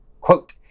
Quote